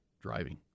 driving